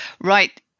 right